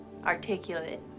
Articulate